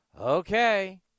Okay